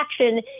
action